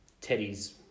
Teddy's